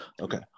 Okay